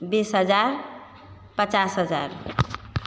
बीस हजार पचास हजार